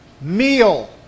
meal